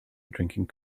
drinking